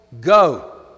go